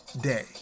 day